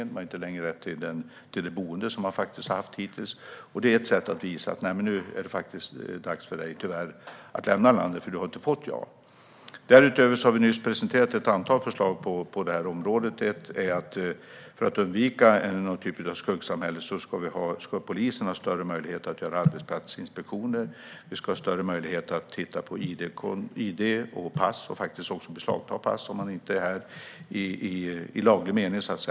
Man har inte längre rätt till det boende som man har haft hittills. Det är ett sätt att visa detta: Nu är det tyvärr dags för dig att lämna landet, för du har inte fått ja. Därutöver har vi nyss presenterat ett antal förslag på området. Ett är att polisen ska ha större möjlighet att göra arbetsplatsinspektioner för att undvika någon typ av skuggsamhälle. Vi ska också ha större möjligheter att titta på id och pass och även att beslagta pass om en person inte är här med laglig rätt.